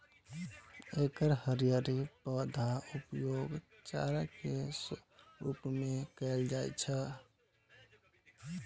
एकर हरियर पौधाक उपयोग चारा के रूप मे कैल जाइ छै